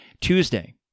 Tuesday